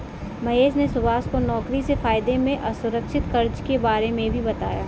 महेश ने सुभाष को नौकरी से फायदे में असुरक्षित कर्ज के बारे में भी बताया